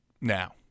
now